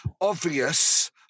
obvious